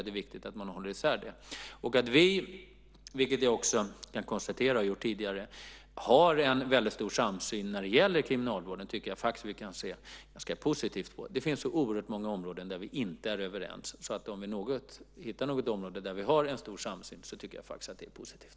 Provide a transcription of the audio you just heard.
Det är viktigt att man håller isär det. Jag har tidigare konstaterat att vi har en stor samsyn när det gäller kriminalvården och det tycker jag att vi kan se positivt på. Det finns så oerhört många områden där vi inte är överens, så om vi hittar ett område där vi har en stor samsyn tycker jag faktiskt att det är positivt.